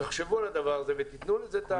תחשבו על הדבר הזה ותתנו לזה תאריך